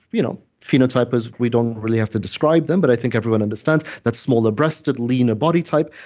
you know phenotype is, we don't really have to describe them, but i think everyone understands that smaller-breasted, leaner body type,